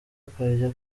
akajya